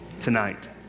tonight